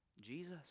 Jesus